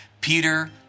Peter